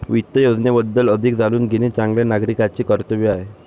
वित्त योजनेबद्दल अधिक जाणून घेणे चांगल्या नागरिकाचे कर्तव्य आहे